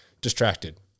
Distracted